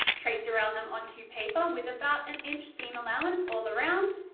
traced around them onto paper with about an inch seam allowance all around,